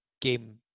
game